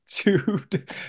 Dude